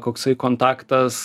koksai kontaktas